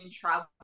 travel